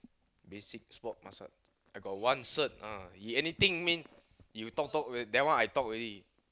basic sports massage I got one cert ah if anything means you talk talk that one I talk already